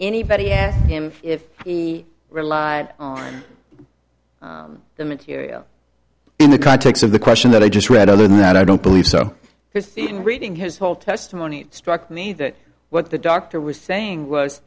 anybody ask him if he relied on the material in the context of the question that i just read other than that i don't believe so because reading his whole testimony it struck me that what the doctor was saying was